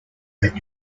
whet